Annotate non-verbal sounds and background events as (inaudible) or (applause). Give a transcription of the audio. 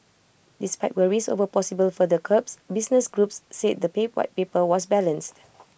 despite worries over possible further curbs business groups said the (unintelligible) White Paper was balanced